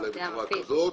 אולי בצורה כזאת.